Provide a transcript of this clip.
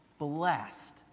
Blessed